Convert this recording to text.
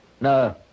No